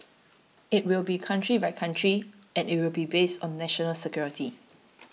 it will be country by country and it will be based on national security